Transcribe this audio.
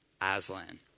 Aslan